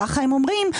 ככה אומרים,